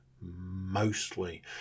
mostly